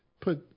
put –